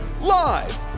Live